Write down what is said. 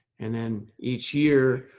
and then each year,